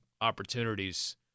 opportunities